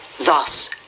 Thus